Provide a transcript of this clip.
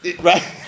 Right